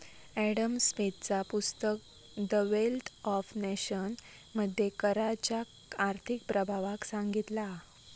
Adam स्मिथचा पुस्तक the wealth of nation मध्ये कराच्या आर्थिक प्रभावाक सांगितला हा